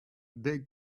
big